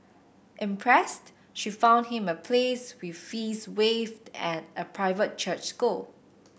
impressed she found him a place with fees waived at a private church school